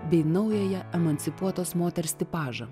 bei naująją emancipuotos moters tipažą